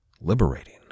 liberating